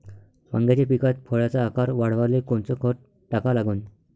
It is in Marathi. वांग्याच्या पिकात फळाचा आकार वाढवाले कोनचं खत टाका लागन?